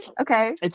Okay